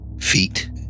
feet